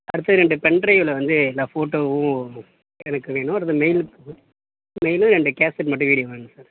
அடுத்தது ரெண்டு பென்ட்ரைவில் வந்து எல்லா ஃபோட்டோவும் எனக்கு வேணும் அடுத்து மெயில்க்கு மெயிலு ரெண்டு கேசட் மட்டும் வீடியோ வேணும் சார்